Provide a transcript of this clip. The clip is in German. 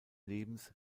lebens